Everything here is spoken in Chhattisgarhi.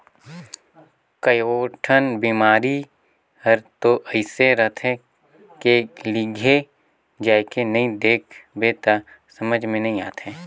कयोठन बिमारी हर तो अइसे रहथे के लिघे जायके नई देख बे त समझे मे नई आये